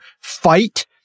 fight